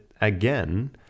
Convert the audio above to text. again